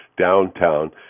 downtown